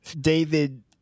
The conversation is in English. David